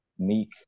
meek